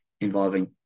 involving